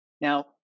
Now